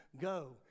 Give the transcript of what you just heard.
Go